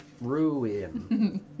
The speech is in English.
Ruin